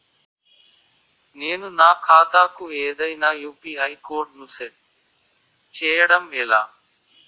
నేను నా ఖాతా కు ఏదైనా యు.పి.ఐ కోడ్ ను సెట్ చేయడం ఎలా?